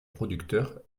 producteur